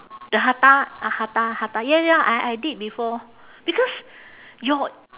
the hatha hatha hatha ya ya I I did before because your